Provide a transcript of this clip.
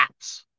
apps